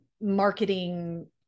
marketing